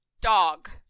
Dog